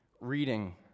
reading